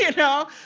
yeah know?